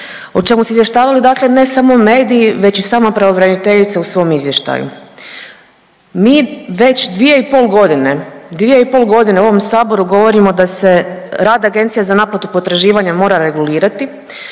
o čemu su izvještavali dakle ne samo mediji već i sama pravobraniteljica u svom izvještaju. Mi već 2 i pol godine, dvije i pol godine u ovom saboru govorimo da se rad Agencija za naplatu potraživanja mora regulirati,